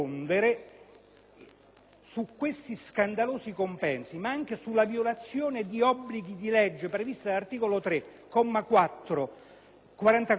su questi scandalosi compensi, ma anche sulla violazione degli obblighi di legge, previsti dall'articolo 3, comma 44, della legge